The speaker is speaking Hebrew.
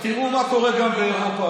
עכשיו, תראו מה קורה גם באירופה.